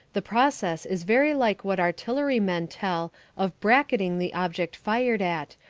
the process is very like what artillery men tell of bracketing the object fired at,